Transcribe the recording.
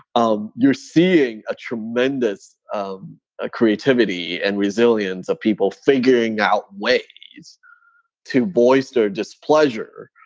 um you're seeing a tremendous um ah creativity and resilience of people figuring out ways to voice their displeasure,